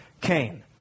Cain